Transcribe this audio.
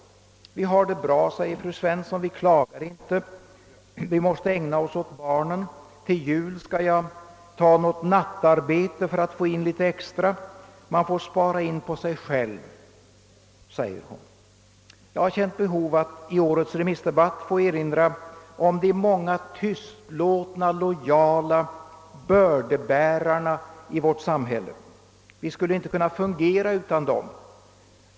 Vi har det bra, säger fru Svensson. Vi klagar inte. Vi måste ägna oss åt barnen. Till jul skall jag ta något nattarbete för att få in litet extra. Man får spara in på sig själv, säger hon. Jag har känt behov att i höstens remissdebatt få erinra om de många tystlåtna, lojala bördebärarna i vårt samhälle. Vi skulle inte kunna fungera utan dem.